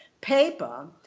paper